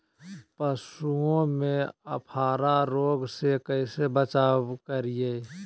पशुओं में अफारा रोग से कैसे बचाव करिये?